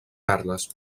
perles